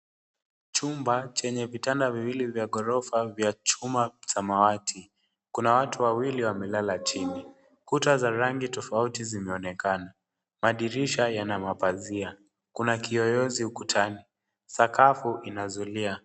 Chumba chenye vitanda viwili vya ghorofa vya chuma samawati. Kuna watu wawili wamelala chini. Kuta za rangi tofauti zimeonekana. Madirisha yana mapazia. Kuna kiyoyozi ukutani. Sakafu ina zulia.